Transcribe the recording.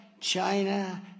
China